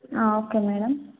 ఆ okay madam